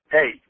hey